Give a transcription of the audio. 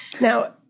Now